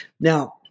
Now